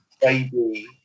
Baby